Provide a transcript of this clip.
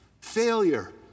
Failure